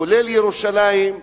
כולל ירושלים,